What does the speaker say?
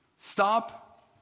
Stop